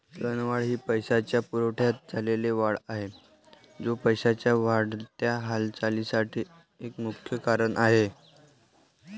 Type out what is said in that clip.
चलनवाढ ही पैशाच्या पुरवठ्यात झालेली वाढ आहे, जो पैशाच्या वाढत्या हालचालीसाठी एक प्रमुख कारण आहे